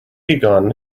begun